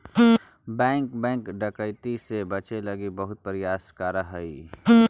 bank bank डकैती से बचे लगी बहुत प्रयास करऽ हइ